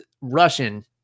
Russian